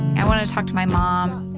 i want to talk to my mom.